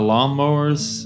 Lawnmowers